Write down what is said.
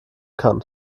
kann